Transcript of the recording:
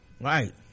Right